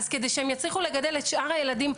אז כדי שהם יצליחו לגדל את שאר הילדים,